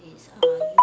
is uh ac~